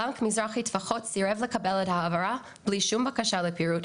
בנק מזרחי טפחות סירב לקבל את ההעברה ללא שום בקשה לפירוט,